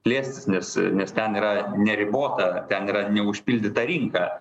plėstis nes nes ten yra neribota ten yra neužpildyta rinka